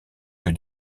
que